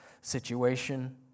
situation